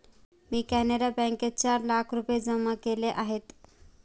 मी कॅनरा बँकेत चार लाख रुपये जमा केले आहेत